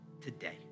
today